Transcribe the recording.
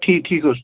ٹھیٖک ٹھیٖک حظ